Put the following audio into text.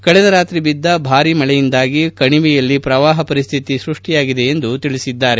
ಕಳೆದ ರಾತ್ರಿ ಬಿದ್ದ ಭಾರೀ ಮಳೆಯಿಂದಾಗಿ ಕಣಿವೆಯಲ್ಲಿ ಪ್ರವಾಹ ಪರಿಸ್ಥಿತಿ ಸ್ಪಷ್ಟಿಯಾಗಿದೆ ಎಂದು ಹೇಳಿದ್ದಾರೆ